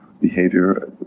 behavior